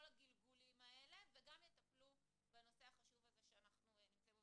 הגלגולים האלה וגם יטפלו בנושא החשוב הזה שאנחנו נמצאים בו,